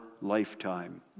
lifetime